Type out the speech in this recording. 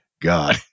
god